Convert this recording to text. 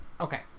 Okay